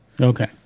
Okay